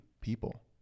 people